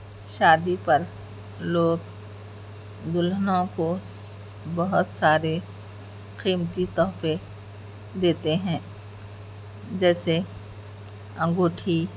شادی پر لوگ دلہنوں کو بہت سارے قیمتی تحفے دیتے ہیں جیسے انگوٹھی